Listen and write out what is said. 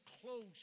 close